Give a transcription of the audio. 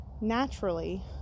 Naturally